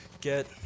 get